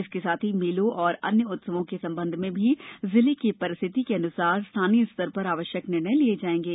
इसके साथ ही मेलों और अन्य उत्सवों के संबंध में भी जिले के परिस्थिति अनुसार स्थानीय स्तर पर आवश्यक निर्णय लिए जायेंगे